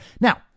Now